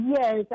Yes